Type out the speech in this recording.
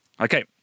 Okay